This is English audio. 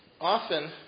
Often